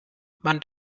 man